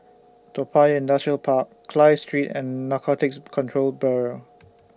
Toa Payoh Industrial Park Clive Street and Narcotics Control Bureau